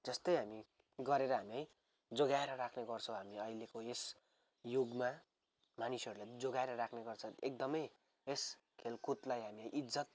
जस्तै हामी गरेर हामी है जोगाएर राख्ने गर्छौँ हामी अहिलेको यस युगमा मानिसहरूले जोगाएर राख्ने गर्छन् एकदमै यस खेलकुदलाई हामी इज्जत